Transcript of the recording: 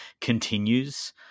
continues